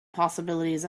possibilities